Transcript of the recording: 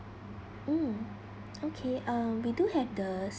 mm okay uh we do have the